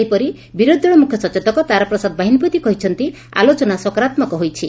ସେହିପରି ବିରୋଧୀ ଦଳ ମୁଖ୍ୟ ସଚେତକ ତାରା ପ୍ରସାଦ ବାହିନୀପତି କହିଛନ୍ତି ଯେ ଆଲୋଚନା ସକାରାତ୍ମକ ହୋଇଛି